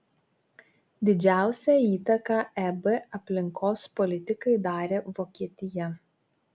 didžiausią įtaką eb aplinkos politikai darė vokietija